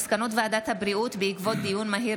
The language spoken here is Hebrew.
מסקנות ועדת הבריאות בעקבות דיון מהיר